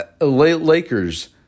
lakers